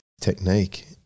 technique